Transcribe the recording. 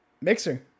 Mixer